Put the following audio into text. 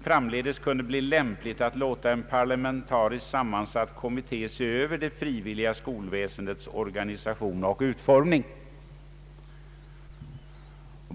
framdeles kunde vara lämpligt att låta en parlamentariskt sammansatt kommitté se över det frivilliga skolväsendets organisation och utformning.